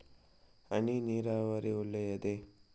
ಹನಿ ನೀರಾವರಿ ಒಳ್ಳೆಯದೇ?